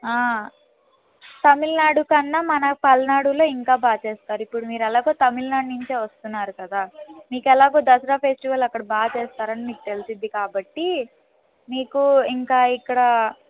తమిళనాడు కన్నా మనకు పల్నాడులో ఇంకా బాగా చేస్తారు ఇప్పుడు మీరు ఎలాగో తమిళనాడు నుంచి వస్తున్నారు కదా మీకు ఎలాగో దసరా ఫెస్టివల్ అక్కడ బాగా చేస్తారని మీకు తెలిసింది కాబట్టి మీకు ఇంకా ఇక్కడ